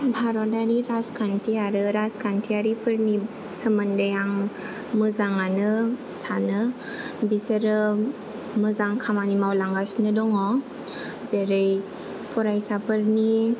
भारतारि राजखान्थि आरो राजखान्थियारि फोरनि सोमोन्दै आं मोजाङानो सानो बिसोरो मोजां खामानि मावलांगासिनो दङ जेरै फरायसाफोरनि